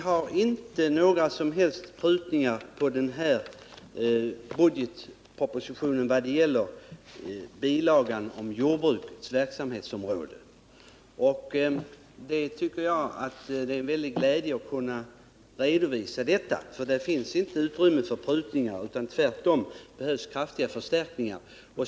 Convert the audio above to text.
Herr talman! Vi vill inte göra några som helst prutningar vad gäller bilagan om jordbrukets verksamhetsområde i den här budgetpropositionen. Det är mycket glädjande att kunna redovisa detta. Det finns nämligen inte utrymme för prutning utan tvärtom behövs kraftiga förstärkningar.